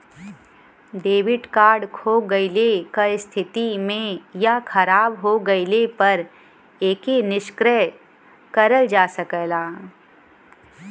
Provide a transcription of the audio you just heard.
debit card खो गइले क स्थिति में या खराब हो गइले पर एके निष्क्रिय करल जा सकल जाला